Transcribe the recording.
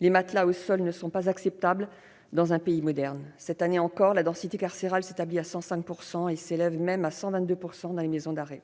Les matelas au sol ne sont pas acceptables dans un pays moderne. Cette année encore, la densité carcérale s'établit à 105 % et s'élève même à 122 % dans les maisons d'arrêt.